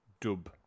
Dub